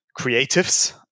creatives